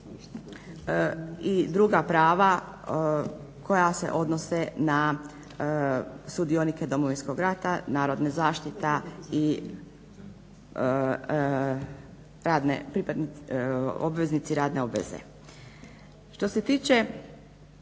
i druga prava koja se odnose na sudionike Domovinskog rata, narodna zaštita i obveznici radne obveze. Što se tiče